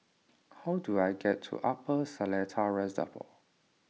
how do I get to Upper Seletar Reservoir